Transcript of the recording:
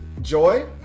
Joy